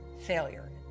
failure